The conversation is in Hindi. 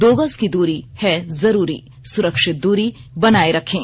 दो गज की दूरी है जरूरी सुरक्षित दूरी बनाए रखें